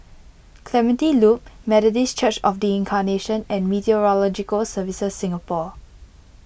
Clementi Loop Methodist Church of the Incarnation and Meteorological Services Singapore